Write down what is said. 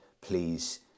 please